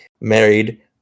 married